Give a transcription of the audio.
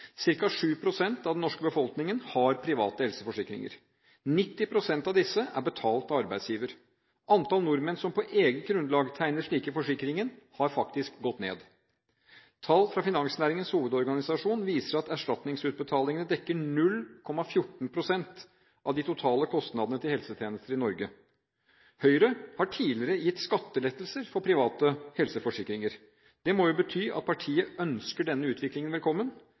av den norske befolkningen har private helseforsikringer. 90 pst. av disse er betalt av arbeidsgiver. Antall nordmenn som på eget grunnlag tegner slike forsikringer, har faktisk gått ned. Tall fra Finansnæringens Hovedorganisasjon viser at erstatningsutbetalingene dekker 0,14 pst. av de totale kostnadene til helsetjenester i Norge. Høyre har tidligere gitt skattelettelser for private helseforsikringer. Det må jo bety at partiet ønsker denne utviklingen velkommen.